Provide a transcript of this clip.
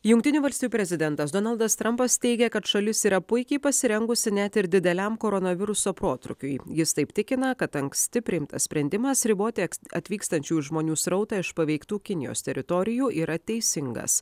jungtinių valstijų prezidentas donaldas trampas teigia kad šalis yra puikiai pasirengusi net ir dideliam koronaviruso protrūkiui jis taip tikina kad anksti priimtas sprendimas riboti atvykstančiųjų žmonių srautą iš paveiktų kinijos teritorijų yra teisingas